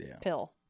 pill